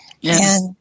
Yes